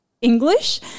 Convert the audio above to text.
English